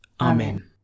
Amen